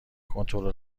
کنترل